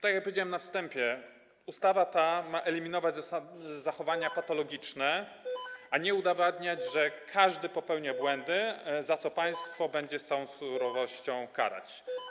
Tak jak powiedziałem na wstępie, ustawa ta ma eliminować zachowania patologiczne, a nie udowadniać, że każdy popełnia błędy, za co państwo będzie z całą surowością karać.